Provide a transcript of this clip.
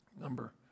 Number